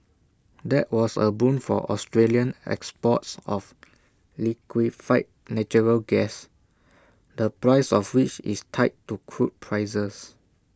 that was A boon for Australian exports of liquefied natural gas the price of which is tied to crude prices